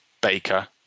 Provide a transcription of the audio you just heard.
baker